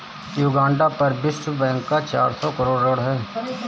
Uganda पर विश्व bank का चार सौ करोड़ ऋण है